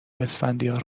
اسفندیار